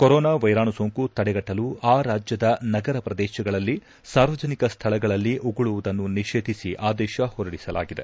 corona ವೈರಾಣು ಸೋಂಕು ತಡೆಗಟ್ಟಲು ಆ ರಾಜ್ಯದ ನಗರ ಪ್ರದೇಶಗಳಲ್ಲಿ ಸಾರ್ವಜನಿಕ ಸ್ಥಳಗಳಲ್ಲಿ ಉಗುಳುವುದನ್ನು ನಿಷೇಧಿಸಿ ಆದೇಶ ಹೊರಡಿಸಲಾಗಿದೆ